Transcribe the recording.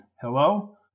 Hello